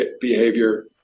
behavior